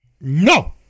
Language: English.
No